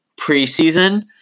preseason